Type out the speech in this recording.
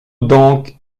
donc